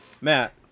Matt